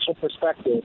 perspective